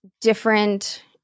different